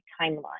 timeline